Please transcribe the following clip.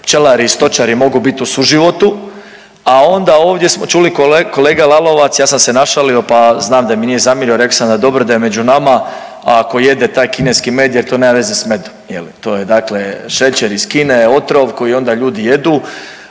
pčelari i stočari mogu biti u suživotu, a onda ovdje smo čuli kolega Lalovac ja sam se našalio pa znam da mi nije zamjerio rekao sam da je dobro da je među nama, a ako jede taj kineski med jer to nema veze s medom je li to je dakle šećer iz Kine otrov koji onda ljudi jedu.